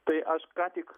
tai aš ką tik